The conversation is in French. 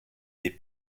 des